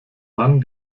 mann